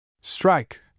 Strike